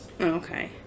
okay